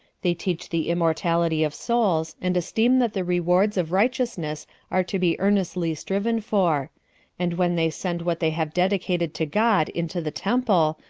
they teach the immortality of souls, and esteem that the rewards of righteousness are to be earnestly striven for and when they send what they have dedicated to god into the temple,